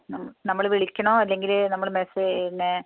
നമ്മൾ വിളിക്കണോ അല്ലെങ്കിൽ നമ്മൾ പിന്നെ